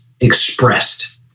expressed